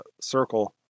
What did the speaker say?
circle